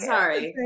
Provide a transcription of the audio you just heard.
Sorry